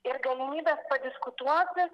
ir galimybės padiskutuoti